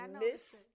miss